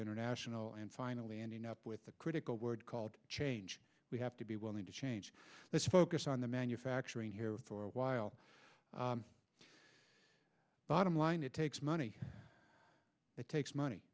international and finally ending up with a critical word called change we have to be willing to change let's focus on the manufacturing here for a while bottom line it takes money it takes